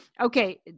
Okay